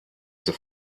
the